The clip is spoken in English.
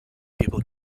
people